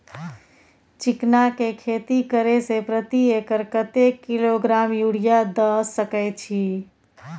चिकना के खेती करे से प्रति एकर कतेक किलोग्राम यूरिया द सके छी?